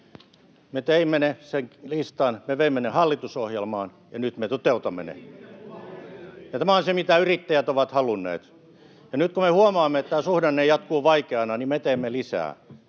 Me teimme sen listan, me veimme ne hallitusohjelmaan, ja nyt me toteutamme ne. [Välihuutoja keskustan ryhmästä] Tämä on se, mitä yrittäjät ovat halunneet, ja nyt kun me huomaamme, että tämä suhdanne jatkuu vaikeana, niin me teemme lisää